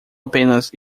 apenas